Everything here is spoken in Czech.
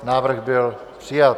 Návrh byl přijat.